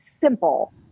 simple